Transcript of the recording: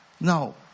Now